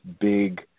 big